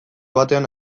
batean